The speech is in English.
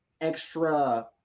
extra